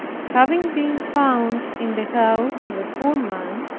having been found in the house of a poor man,